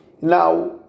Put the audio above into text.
Now